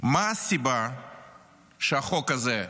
מה הסיבה שהחוק הזה,